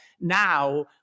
now